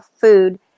food